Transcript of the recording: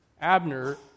Abner